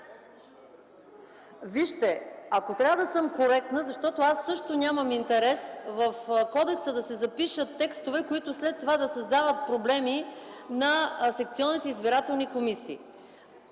Вижте, ако трябва да съм коректна, аз също нямам интерес в кодекса да се запишат текстове, които след това да създават проблеми на секционните избирателни комисии.